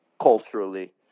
culturally